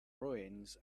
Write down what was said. ruins